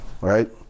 Right